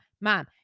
Mom